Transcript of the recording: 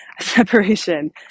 separation